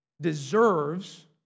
deserves